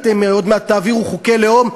אתם עוד מעט תעבירו חוקי לאום,